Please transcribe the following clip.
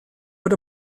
fod